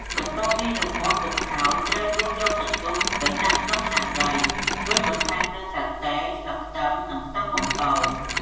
បន្ទាប់ពីរម្ងាស់ស៊ុបហើយ ត្រូវដួសយកទឹកស៊ុបទៅដាក់ក្នុងឆ្នាំងដី រួចបន្ថែមគ្រឿងសាតេ ស្លឹកខ្ទឹម និងខ្ទឹមបំពង។